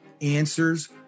answers